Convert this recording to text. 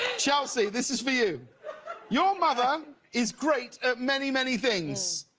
chelsea, this is for you your mother is great at many, many things.